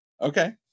Okay